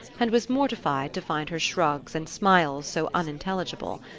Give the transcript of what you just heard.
and was mortified to find her shrugs and smiles so unintelligible.